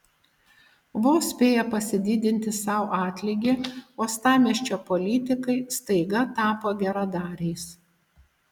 vos spėję pasididinti sau atlygį uostamiesčio politikai staiga tapo geradariais